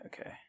okay